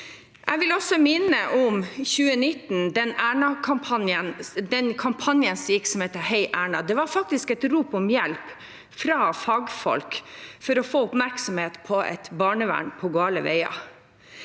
Jeg vil også minne om at i 2019 var det en kampanje som het #heierna. Det var faktisk et rop om hjelp fra fagfolk for å få oppmerksomhet på et barnevern på gale veier.